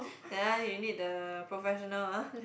that one you need the professional ah